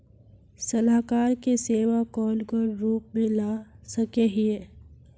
सलाहकार के सेवा कौन कौन रूप में ला सके हिये?